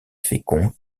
fécond